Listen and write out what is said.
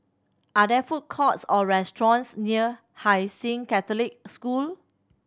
are there food courts or restaurants near Hai Sing Catholic School